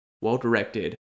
well-directed